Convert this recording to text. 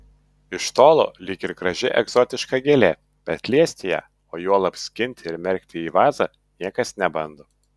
iš tolo lyg ir graži egzotiška gėlė bet liesti ją o juolab skinti ir merkti į vazą niekas nebando